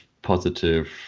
positive